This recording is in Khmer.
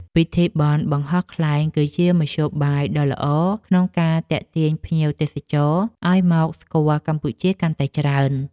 ពិធីបុណ្យបង្ហោះខ្លែងគឺជាមធ្យោបាយដ៏ល្អក្នុងការទាក់ទាញភ្ញៀវទេសចរឱ្យមកស្គាល់កម្ពុជាកាន់តែច្រើន។